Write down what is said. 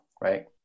right